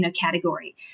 category